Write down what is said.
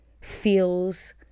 feels